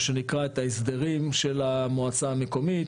מה שנקרא את ההסדרים של המועצה המקומית,